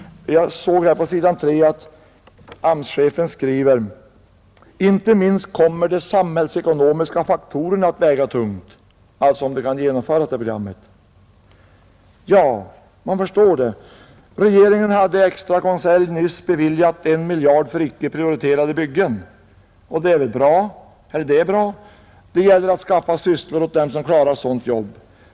På s. 3 i programmet skriver också AMS-chefen: ”Inte minst kommer de samhällsekonomiska faktorerna att väga tungt.” Han talar alltså om huruvida programmet kan genomföras eller inte. Jag förstår det. Regeringen har nyss i extra konselj beviljat 1 miljard kronor för icke prioriterade byggen. Det är bra, Det gäller att skaffa sysselsättning åt alla dem som klarar sådant jobb.